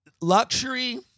Luxury